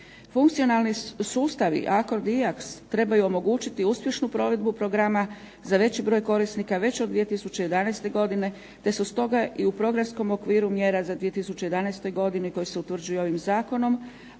Funkcionalni sustavi IAKS trebaju omogućiti uspješnu provedbu programa za veći broj korisnika već od 2011. godine, te su stoga u programskom okviru mjera za 2011. godini koji se utvrđuju ovim Zakonom,